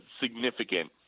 significant